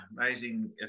amazing